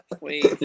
Wait